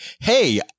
Hey